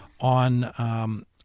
on